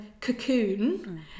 cocoon